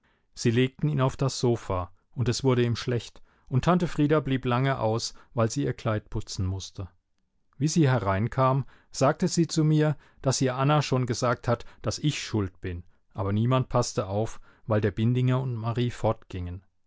sie legten ihn auf das sofa und es wurde ihm schlecht und tante frieda blieb lange aus weil sie ihr kleid putzen mußte wie sie hereinkam sagte sie zu mir daß ihr anna schon gesagt hat daß ich schuld bin aber niemand paßte auf weil der bindinger und marie fortgingen